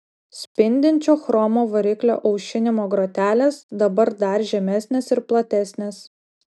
spindinčio chromo variklio aušinimo grotelės dabar dar žemesnės ir platesnės